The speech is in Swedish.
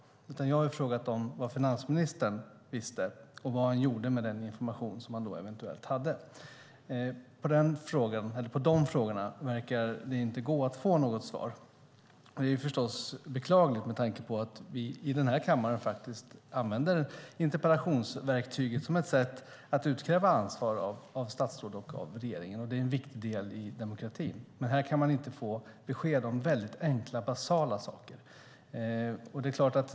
Jag har frågat om vad finansministern visste och vad han gjorde med den information som han eventuellt hade. Men det verkar inte gå att få något svar på dessa frågor. Det är förstås beklagligt med tanke på att vi i denna kammare faktiskt använder interpellationsverktyget som ett sätt att utkräva ansvar av statsråden och av regeringen. Det är en viktig del i demokratin. Men här kan man inte få besked om mycket enkla och basala saker.